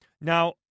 Now